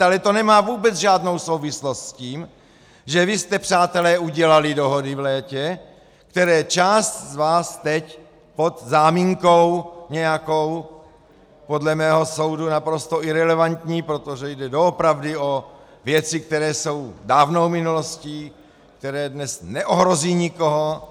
Ale to nemá vůbec žádnou souvislost s tím, že vy jste, přátelé, udělali dohody v létě, které část z vás teď pod nějakou záminkou, podle mého soudu naprosto irelevantní, protože jde doopravdy o věci, které jsou dávnou minulostí, které dnes neohrozí nikoho.